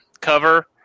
cover